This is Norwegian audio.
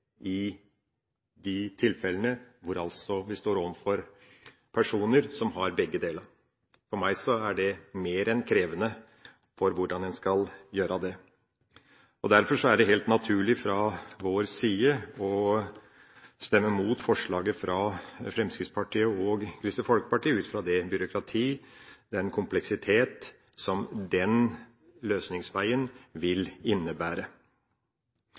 i de tilfellene hvor vi står overfor personer som har begge deler. For meg er det mer enn krevende hvordan en skal gjøre det. Derfor er det fra vår side helt naturlig å stemme mot forslaget fra Fremskrittspartiet og Kristelig Folkeparti ut fra det byråkrati – den kompleksitet – som den løsningsveien vil innebære.